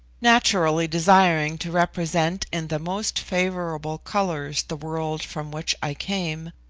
naturally desiring to represent in the most favourable colours the world from which i came,